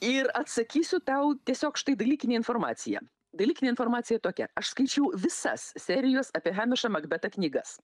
ir atsakysiu tau tiesiog štai dalykinę informaciją dalykinė informacija tokia aš skaičiau visas serijos apie hemišą makbetą knygas